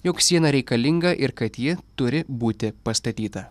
juk siena reikalinga ir kad ji turi būti pastatyta